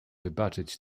wybaczyć